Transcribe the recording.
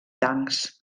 tancs